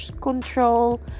control